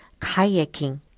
kayaking